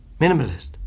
Minimalist